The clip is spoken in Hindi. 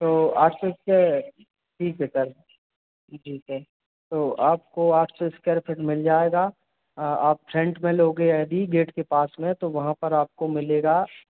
तो आठ सौ स्कायर ठीक है सर जी सर तो आपको आठ सौ स्क्वायर फिट मिल जाएगा आप फ्रन्ट में लोगे यदि गेट के पास में तो वहाँ पर आपको मिलेगा